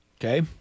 Okay